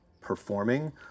performing